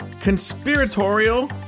conspiratorial